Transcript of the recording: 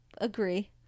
agree